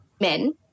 men